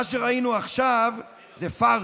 מה שראינו עכשיו זה פארסה.